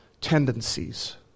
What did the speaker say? tendencies